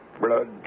Blood